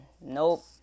Nope